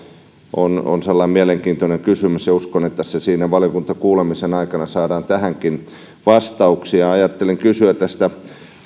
on on sellainen mielenkiintoinen kysymys ja uskon että valiokuntakuulemisen aikana saadaan tähänkin vastauksia ajattelin kysyä tästä